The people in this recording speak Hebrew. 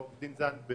עורך הדין זנדברג,